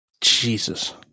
Jesus